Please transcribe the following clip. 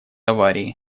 аварии